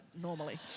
normally